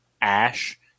Ash